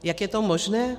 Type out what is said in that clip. Jak je to možné?